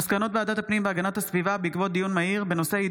סוציאלית בתקופה שבה הצרכים החברתיים